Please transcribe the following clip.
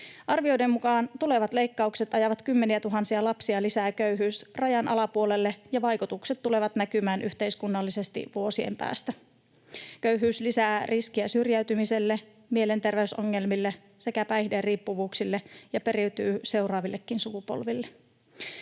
Arvioiden mukaan tulevat leikkaukset ajavat kymmeniätuhansia lapsia lisää köyhyysrajan alapuolelle, ja vaikutukset tulevat näkymään yhteiskunnallisesti vuosien päästä. Köyhyys lisää riskiä syrjäytymiselle, mielenterveysongelmille sekä päihderiippuvuuksille, ja se periytyy seuraavillekin sukupolville.